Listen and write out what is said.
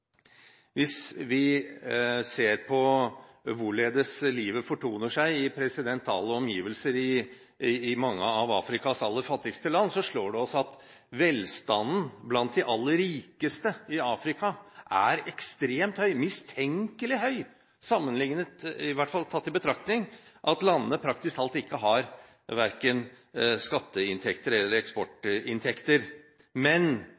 Hvis vi ser på hvorledes livet fortoner seg i presidentale omgivelser i mange av Afrikas aller fattigste land, slår det oss at velstanden blant de aller rikeste i Afrika er ekstremt høy, mistenkelig høy, tatt i betraktning at landene praktisk talt har verken skatteinntekter eller eksportinntekter – men